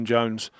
Jones